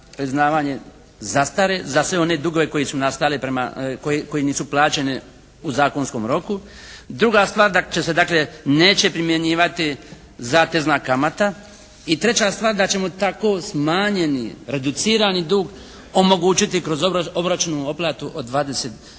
priznavanje zastare za sve one dugove koji su nastali prema, koji nisu plaćeni u zakonskom roku. Druga stvar da se dakle neće primjenjivati zatezna kamata i treća stvar da ćemo tako smanjeni, reducirani dug omogućiti kroz obročnu otplatu kroz 24 mjeseca.